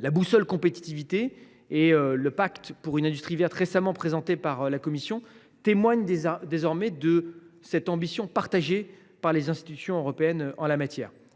La boussole pour la compétitivité et le pacte pour une industrie verte, récemment présenté par la Commission, témoignent que notre ambition en la matière est partagée par les institutions européennes.